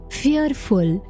fearful